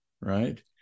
right